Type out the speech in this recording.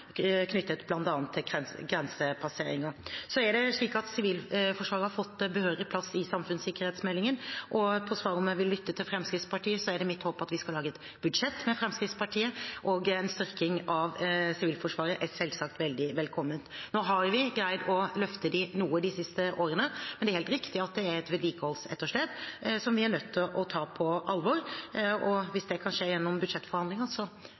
til grensepasseringene. Sivilforsvaret har fått en behørig plass i samfunnssikkerhetsmeldingen. Svar på om jeg vil lytte til Fremskrittspartiet: Mitt håp er at vi skal lage et budsjett med Fremskrittspartiet, og en styrking av Sivilforsvaret er selvsagt veldig velkommen. Nå har vi greid å løfte dem noe de siste årene, men det er helt riktig at det er et vedlikeholdsetterslep som vi er nødt til å ta på alvor. Hvis det kan skje gjennom